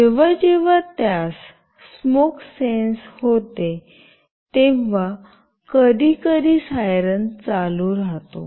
जेव्हा जेव्हा त्यास स्मोक सेन्स होते तेव्हा कधीकधी सायरन चालू राहतो